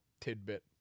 tidbit